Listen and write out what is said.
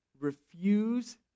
refuse